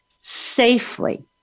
safely